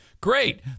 Great